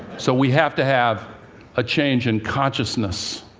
so we have to have a change in consciousness.